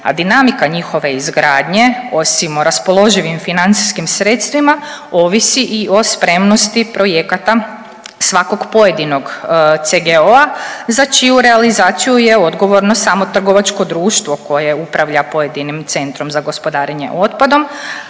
A dinamika njihove izgradnje osim o raspoložim financijskim sredstvima ovisi i o spremnosti projekata svakog pojedinog CGO-a za čiju realizaciju je odgovorno samo trgovačko društvo koje upravlja pojedinim centrom za gospodarenje otpadom.